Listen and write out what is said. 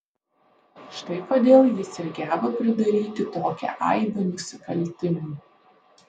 štai kodėl jis ir geba pridaryti tokią aibę nusikaltimų